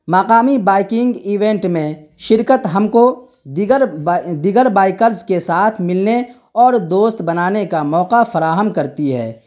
مقامی biking event میں شرکت ہم کو دیگر دیگر بائکرز کے ساتھ ملنے اور دوست بنانے کا موقع فراہم کرتی ہے